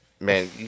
Man